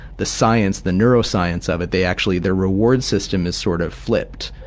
the science, the neuroscience of it, they actually, the reward system is sort of flipped.